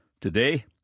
Today